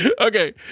Okay